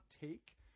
take